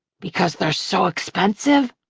because they're so expensive?